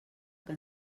que